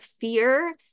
fear